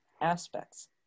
aspects